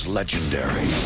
legendary